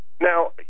Now